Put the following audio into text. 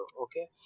Okay